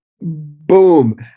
Boom